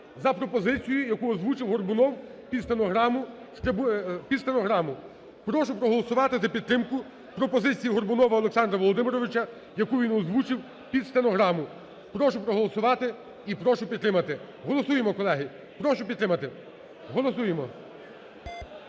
за пропозицією, яку озвучив Горбунов під стенограму, під стенограму. Прошу проголосувати за підтримку пропозиції Горбунова Олександра Володимировича, яку він озвучив під стенограму. Прошу проголосувати і прошу підтримати. Голосуємо, колеги. Прошу підтримати. Голосуємо.